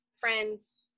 friends